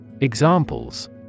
Examples